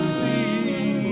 see